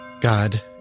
God